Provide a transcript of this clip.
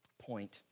point